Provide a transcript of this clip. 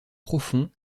profond